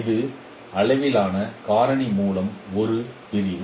இது அளவிலான காரணி மூலம் ஒரு பிரிவு